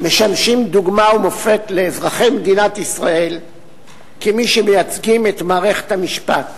משמשים דוגמה ומופת לאזרחי מדינת ישראל כמי שמייצגים את מערכת המשפט.